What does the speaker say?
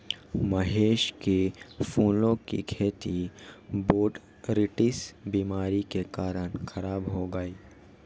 महेश के फूलों की खेती बोटरीटिस बीमारी के कारण खराब हो गई